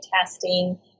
testing